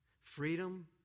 freedom